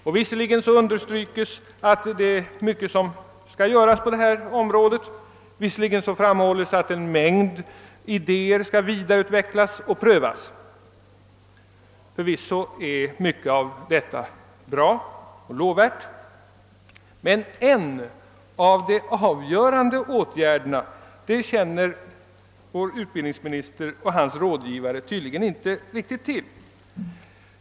Och det understryks visserligen att det är mycket att göra på detta område och framhålles att en mängd idéer skall vidareutvecklas och prövas. Förvisso är mycket av allt detta bra och lovvärt. Men en av de avgörande åtgärderna känner vår utbildningsminister och hans rådgivare tydligen inte riktigt till.